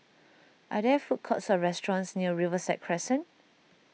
are there food courts or restaurants near Riverside Crescent